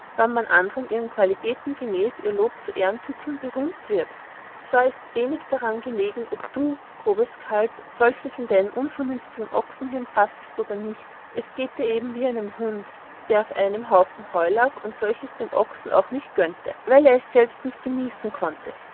wann man andern ihren qualitäten gemäß ihr lob mit ehrentituln berühmt zwar ist wenig daran gelegen ob du grobes kalb solches in deinem unvernünftigen ochsenhirn fassest oder nicht es gehet dir eben wie jenem hund der auf einem haufen heu lag und solches dem ochsen auch nicht gönnete weil er es selbst nicht genießen konnte